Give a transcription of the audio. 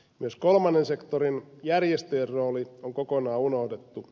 myös kolmannen sektorin järjestäjän rooli on kokonaan unohdettu